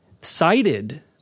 cited